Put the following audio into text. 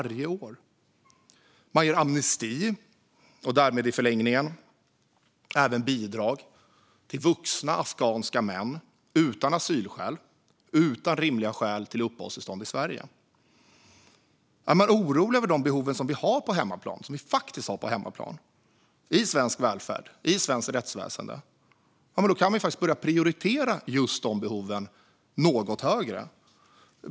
Man ger amnesti, och därmed i förlängningen även bidrag, till vuxna afghanska män utan asylskäl och utan rimliga skäl till uppehållstillstånd i Sverige. Är man orolig över de behov vi har på hemmaplan, i svensk välfärd och i svenskt rättsväsen, ja, då kan man faktiskt börja prioritera just dessa behov något högre.